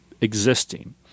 existing